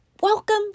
Welcome